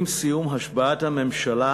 עם סיום השבעת הממשלה,